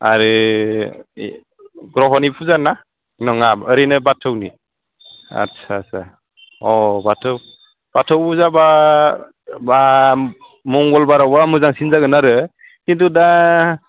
आरो ग्रह'नि पुजा ना नङा ओरैनो बाथौनि आच्चा आच्चा अ बाथौ बाथौ फुजाबा बा मंगलबारावबा मोजांसिन जागोन आरो किन्तु दा